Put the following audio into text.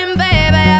baby